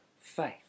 faith